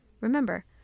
Remember